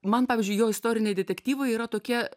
man pavyzdžiui jo istoriniai detektyvai yra tokie